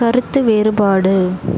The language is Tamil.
கருத்து வேறுபாடு